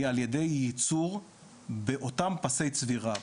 היא על ידי ייצור באותם פסי צבירה,